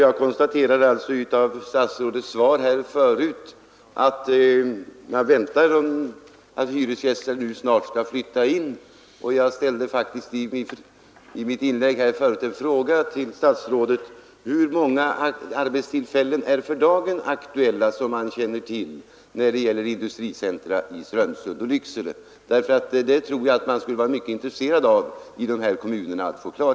Av statsrådets svar framgår emellertid att man väntar att de första hyresgästerna snart skall flytta in, och därför ställde jag i mitt inlägg följande fråga till statsrådet: Hur många arbetstillfällen är för dagen aktuella när det gäller industricentra i Strömsund och Lycksele? Jag tror att man i kommunerna skulle vara mycket intresserad av att få ett svar på den frågan.